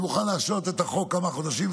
אני מוכן להשהות את החוק כמה חודשים,